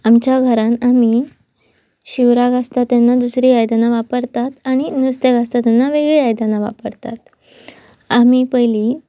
आमच्या घरान आमी शिवराक आसता तेन्ना दुसरी आयदनां वापरतात आनी नुस्ततेंक आसता तेन्ना वेगळी आयदनां वापरतात आमी पयलीं